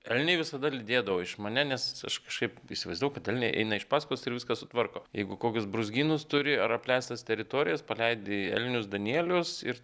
elniai visada lydėdavo iš mane nes aš kažkaip įsivaizdavau kad elniai eina iš paskos ir viską sutvarko jeigu kokius brūzgynus turi ar apleistas teritorijas paleidi elnius danielius ir